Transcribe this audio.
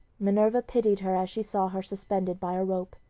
minerva pitied her as she saw her suspended by a rope.